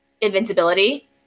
invincibility